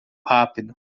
rápido